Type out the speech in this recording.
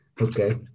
Okay